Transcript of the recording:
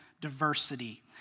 diversity